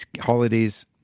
holidays